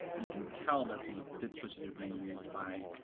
you can tell that the dip switches are being used by,